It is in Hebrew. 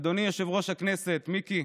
אדוני יושב-ראש הכנסת, מיקי,